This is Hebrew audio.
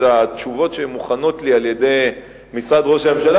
את התשובות שמוכנות לי על-ידי משרד ראש הממשלה,